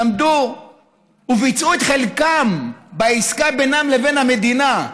למדו וביצעו את חלקם בעסקה בינם לבין המדינה.